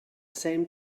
same